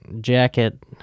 Jacket